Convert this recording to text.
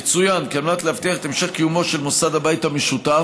יצוין כי על מנת להבטיח את המשך קיומו של מוסד הבית המשותף,